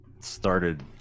started